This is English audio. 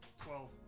Twelve